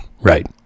Right